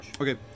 Okay